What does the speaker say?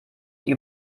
die